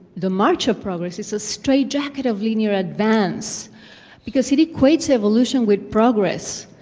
the march of progress is a straitjacket of linear advance because it equates evolution with progress,